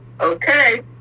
Okay